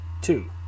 Two